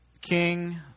King